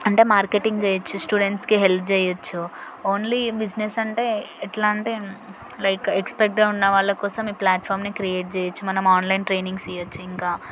అంటే మార్కెటింగ్ చేయవచ్చు స్టూడెంట్స్కి హెల్ప్ చేయవచ్చు ఓన్లీ బిజినెస్ అంటే ఎట్లా అంటే లైక్ ఎక్స్పర్ట్గా ఉన్నవాళ్ళ కోసం ఈ ప్లాట్ఫామ్ క్రియేట్ చేయవచ్చు మనం ఆన్లైన్ ట్రైనింగ్స్ ఇవచ్చు ఇంకా